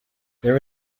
there